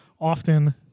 often